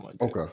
Okay